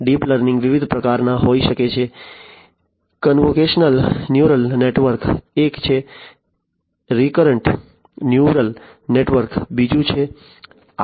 deep learning વિવિધ પ્રકારના હોઈ શકે છે કન્વોલ્યુશનલ ન્યુરલ નેટવર્ક એક છે રિકરન્ટ ન્યુરલ નેટવર્ક બીજું છે